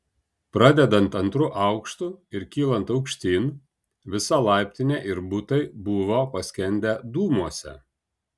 pradedant antru aukštu ir kylant aukštyn visa laiptinė ir butai buvo paskendę dūmuose